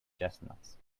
chestnuts